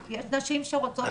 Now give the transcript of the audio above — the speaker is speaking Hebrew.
יש נשים שרוצות להמשיך לעבוד.